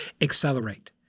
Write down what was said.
accelerate